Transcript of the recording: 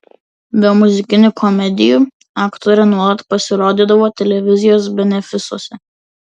be muzikinių komedijų aktorė nuolat pasirodydavo televizijos benefisuose